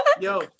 Yo